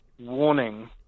warning